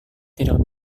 tidak